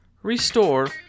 restore